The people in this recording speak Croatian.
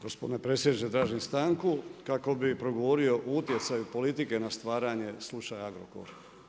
Gospodine predsjedniče, tražim stanku kako bi progovorio o utjecaju politike na stvaranje slučaj Agrokor.